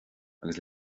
agus